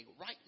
right